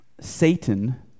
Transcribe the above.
Satan